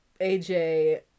AJ